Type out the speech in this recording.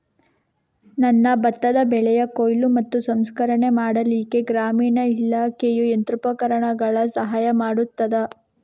ನನ್ನ ಭತ್ತದ ಬೆಳೆಯ ಕೊಯ್ಲು ಮತ್ತು ಸಂಸ್ಕರಣೆ ಮಾಡಲಿಕ್ಕೆ ಗ್ರಾಮೀಣ ಇಲಾಖೆಯು ಯಂತ್ರೋಪಕರಣಗಳ ಸಹಾಯ ಮಾಡುತ್ತದಾ?